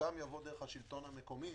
חלקם יבוא דרך השלטון המקומי